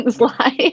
life